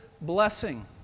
blessing